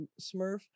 Smurf